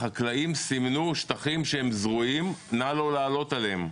החקלאים סימנו שטחים שהם זרועים ואיסור לעלות עליהם.